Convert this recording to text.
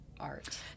art